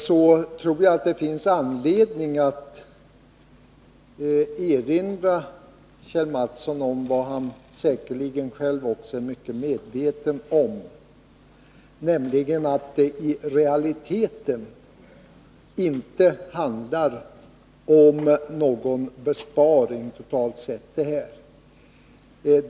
Jag tror att det finns anledning att erinra Kjell Mattsson om det han säkerligen också själv inser mycket väl, nämligen att detta i realiteten inte handlar om någon besparing totalt sett.